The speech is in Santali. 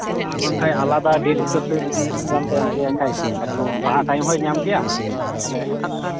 ᱟᱨ ᱵᱟᱝᱠᱷᱟᱡ ᱟᱞᱟᱫᱟ ᱰᱮᱴ ᱦᱤᱥᱟᱹᱵᱽ ᱛᱮ ᱮᱠᱡᱟᱢ ᱯᱮ ᱮᱢ ᱦᱚᱪᱚ ᱟᱭ ᱠᱷᱟᱡ ᱮᱠᱴᱩ ᱯᱟᱲᱦᱟᱜ ᱴᱟᱭᱤᱢ ᱦᱚᱭ ᱧᱟᱢ ᱠᱮᱭᱟ ᱛᱟᱦᱞᱮ